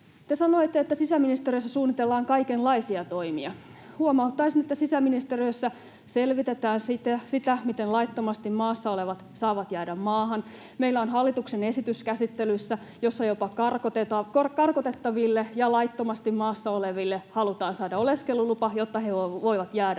sanoitte, että sisäministeriössä suunnitellaan kaikenlaisia toimia. Huomauttaisin, että sisäministeriössä selvitetään sitä, miten laittomasti maassa olevat saavat jäädä maahan. Meillä on hallituksen esitys käsittelyssä, jossa jopa karkotettaville ja laittomasti maassa oleville halutaan saada oleskelulupa, jotta he voivat jäädä maahan.